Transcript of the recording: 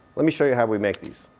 let me show you how we make these.